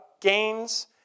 gains